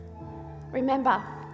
Remember